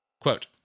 Quote